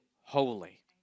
holy